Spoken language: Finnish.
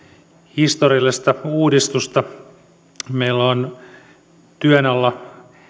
historiallista uudistusta meillä on työn alla